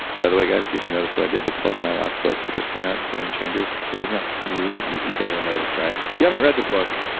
by the way guys, did you notice what i did to plug my last book that just came out, game changers? it was that smooth you you barely noticed, right? if you haven't read the book,